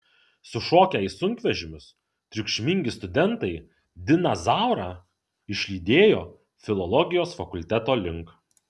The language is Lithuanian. sušokę į sunkvežimius triukšmingi studentai diną zaurą išlydėjo filologijos fakulteto link